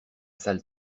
salle